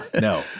no